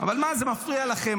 אבל מה זה מפריע לכם?